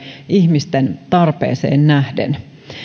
ihmisten tarpeeseen nähden